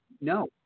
No